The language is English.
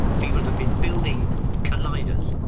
people have been building colliders.